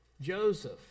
Joseph